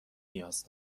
نیاز